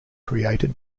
created